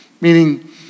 Meaning